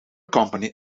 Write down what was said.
company